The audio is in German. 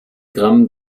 gramm